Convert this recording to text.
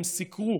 הם סיקרו,